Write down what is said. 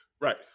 Right